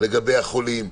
לגבי החולים,